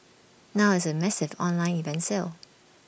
now it's A massive online event sale